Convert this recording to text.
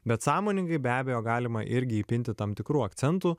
bet sąmoningai be abejo galima irgi įpinti tam tikrų akcentų